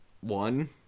one